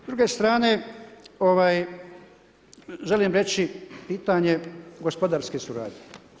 S druge strane, želim reći, pitanje, gospodarske suradnje.